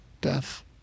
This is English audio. death